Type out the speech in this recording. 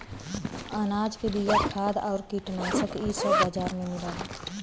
अनाज के बिया, खाद आउर कीटनाशक इ सब बाजार में मिलला